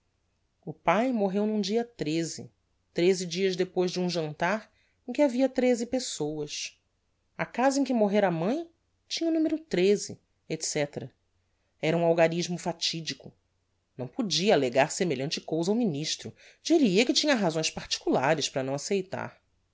o pae morreu n'um dia treze dias depois de um jantar em que havia treze pessoas a casa em que morrera a mãe tinha o n et ctera era um algarismo fatidico não podia allegar semelhante cousa ao ministro dir lhe hia que tinha razões particulares para não aceitar